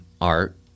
art